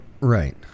right